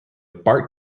bart